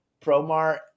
Promar